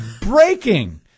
breaking